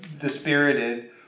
dispirited